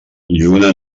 lluna